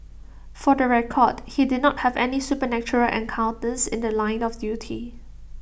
for the record he did not have any supernatural encounters in The Line of duty